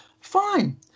Fine